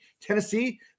Tennessee